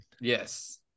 yes